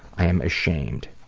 i am ashamed.